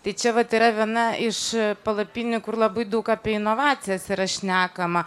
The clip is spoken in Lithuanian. tai čia vat yra viena iš palapinių kur labai daug apie inovacijas yra šnekama